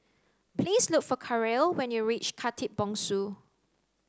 please look for Karel when you reach Khatib Bongsu